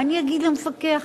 מה אני אגיד למפקח?